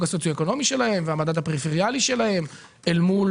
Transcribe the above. הסוציו-אקונומי שלהן והמדד הפריפריאלי שלהן אל מול